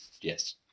Yes